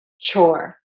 chore